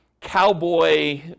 cowboy